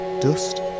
Dust